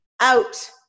out